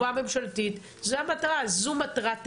טובה ממשלתית, זו המטרה, זו מטרת העל,